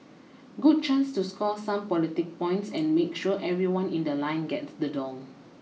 good chance to score some politic points and make sure everyone in the line gets the doll